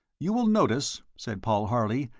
you will notice, said paul harley,